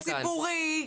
לציבורי,